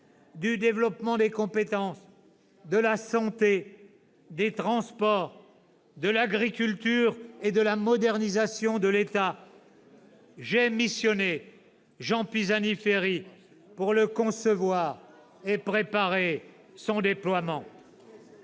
du développement des compétences, de la santé, des transports, de l'agriculture et de la modernisation de l'État. J'ai missionné Jean Pisani-Ferry pour le concevoir et préparer son déploiement.